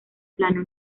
plano